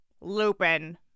Lupin